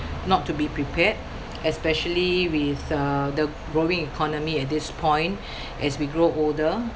not to be prepared especially with uh the growing economy at this point as we grow older